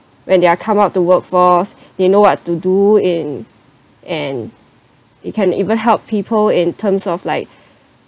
when they are come out to workforce they know what to do in and you can even help people in terms of like